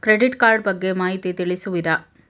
Credit card ಬಗ್ಗೆ ಮಾಹಿತಿ ತಿಳಿಸುವಿರಾ?